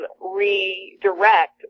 redirect